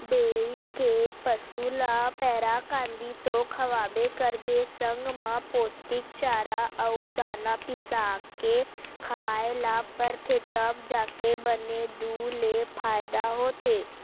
dairy के पसू ल पैरा, कांदी तो खवाबे करबे संग म पोस्टिक चारा अउ दाना बिसाके खवाए ल परथे तब जाके बने दूद ले फायदा होथे